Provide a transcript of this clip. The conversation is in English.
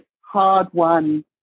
hard-won